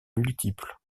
multiple